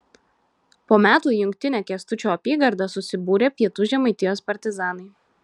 po metų į jungtinę kęstučio apygardą susibūrė pietų žemaitijos partizanai